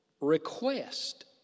request